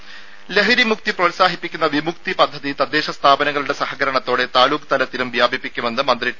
രുഭ ലഹരിമുക്തി പ്രോത്സാഹിപ്പിക്കുന്ന വിമുക്തി പദ്ധതി തദ്ദേശസ്ഥാപനങ്ങളുടെ സഹകരണത്തോടെ താലൂക്ക് തലത്തിലും വ്യാപിപ്പിക്കുമെന്ന് മന്ത്രി ടി